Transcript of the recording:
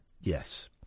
Yes